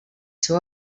seu